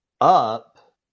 up